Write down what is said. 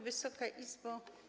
Wysoka Izbo!